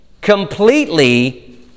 completely